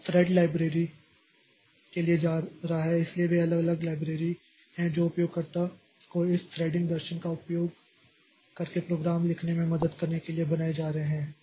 अब thread library के लिए जा रहा है इसलिए वे अलग अलग लाइब्रेरी हैं जो उपयोगकर्ता को इस थ्रेडिंग दर्शन का उपयोग करके प्रोग्राम लिखने में मदद करने के लिए बनाए गए हैं